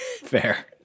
fair